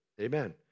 Amen